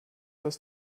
das